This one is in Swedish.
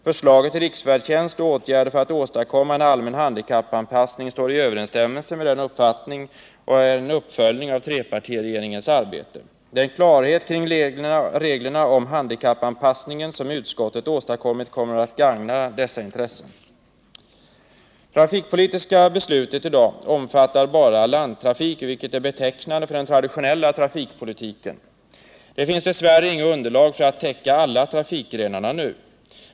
Förslaget till riksfärdtjänst och åtgärder för att åstadkomma en allmän handikappanpassning står i överensstämmelse med denna uppfattning och är en uppföljning av trepartiregeringens arbete. Den klarhet kring reglerna om handikappanpassningen som utskottet åstadkommit kommer att gagna dessa intressen. Det trafikpolitiska beslutet i dag omfattar bara landtrafik, vilket är betecknande för den traditionella trafikpolitiken. Det finns dess värre inget underlag för att täcka alla trafikgrenar nu.